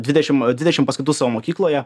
dvidešim dvidešim paskaitų savo mokykloje